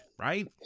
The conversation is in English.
right